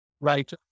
right